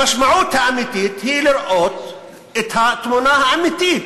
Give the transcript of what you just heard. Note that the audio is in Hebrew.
המשמעות האמיתית היא לראות את התמונה האמיתית,